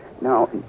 Now